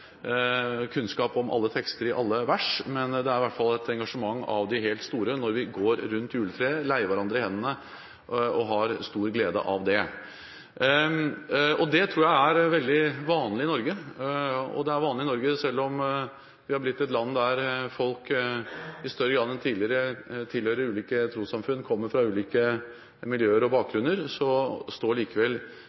kunnskap om teksten i alle vers, men det er i hvert fall et engasjement av det helt store når vi går rundt juletreet, leier hverandre i hendene og har stor glede av det. Det tror jeg er veldig vanlig i Norge, og det selv om vi har blitt et land der folk i større grad enn tidligere tilhører ulike trossamfunn og kommer fra ulike miljøer og bakgrunner.